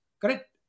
correct